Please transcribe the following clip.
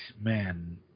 man